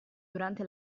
durante